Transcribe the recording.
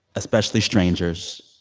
especially strangers,